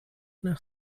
nach